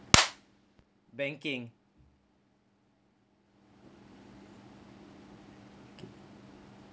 banking